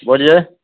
بولیے